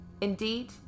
Indeed